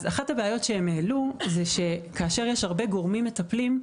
אחת הבעיות שהם העלו הייתה שכאשר יש הרבה גורמים מטפלים,